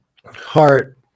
Heart